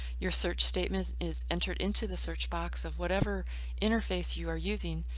your search statement is entered into the search box of whatever interface you are using.